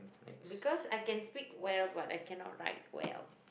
because I can speak well but I cannot write well